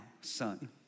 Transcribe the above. son